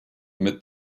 mit